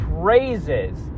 praises